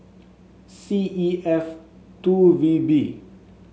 C E F two V B